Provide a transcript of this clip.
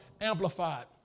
amplified